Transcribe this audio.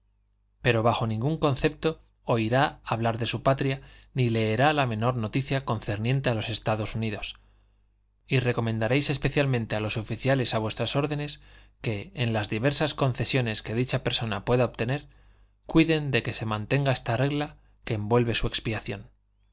pero bajo ningún concepto oirá hablar de su patria ni leerá la menor noticia concerniente a los estados unidos y recomendaréis especialmente a los oficiales a vuestras órdenes que en las diversas concesiones que dicha persona pueda obtener cuiden de que se mantenga esta regla que envuelve su expiación